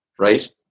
right